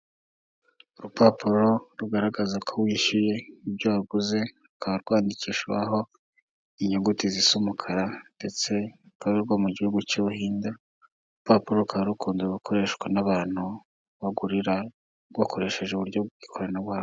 Urupapuro rugaragaza ko wishyuye ibyo waguze rukaba rwandikishwaho inyuguti zisa umukara ndetse rukaba ari urwo mu gihugu cy' u Buhinde. Uru rupapuro rukaba rukunda gukoreshwa n'abantu bagurira bakoresheje uburyo bw'ikoranabuhanga.